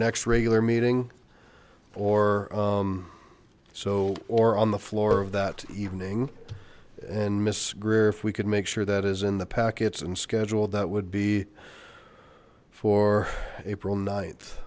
next regular meeting or so or on the floor of that evening and miss greer if we could make sure that is in the packets and scheduled that would be for april